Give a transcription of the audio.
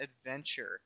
Adventure